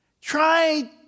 Try